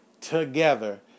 together